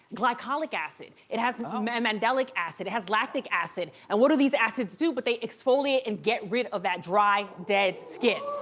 glycolic acid. it has um and mandelic acid, it has lactic acid. and what do these acids do, but they exfoliate and get rid of that dry dead skin.